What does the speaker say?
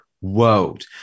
world